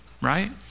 right